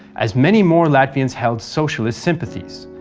as many more latvians held socialist sympathies.